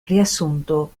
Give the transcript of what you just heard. riassunto